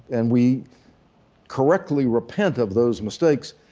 and we correctly repent of those mistakes.